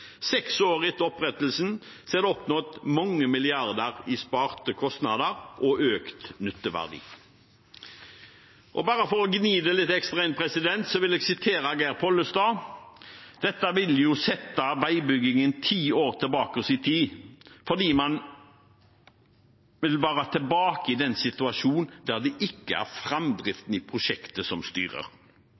Seks år etter opprettelsen er det oppnådd mange milliarder i sparte kostnader og økt nytteverdi. Bare for å gni det litt ekstra inn vil jeg sitere Geir Pollestad: «Dette vil jo sette veibyggingen ti år tilbake i tid fordi her vil man være tilbake i den situasjonen der det ikke er fremdriften i prosjektet som styrer.»